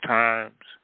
times